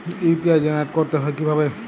UPI generate করতে হয় কিভাবে?